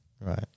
Right